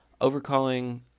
overcalling